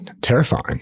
terrifying